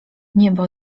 niebo